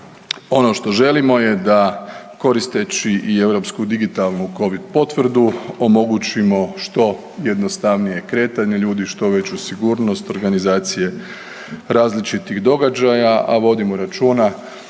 Ono što želimo je da koristeći i europsku digitalnu covid potvrdu omogućimo što jednostavnije kretanje ljudi, što veću sigurnost organizacije različitih događaja, a vodimo računa